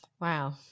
Wow